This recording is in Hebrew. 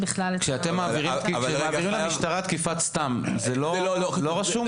כשמעבירים למשטרה תקיפת סתם, זה לא רשום?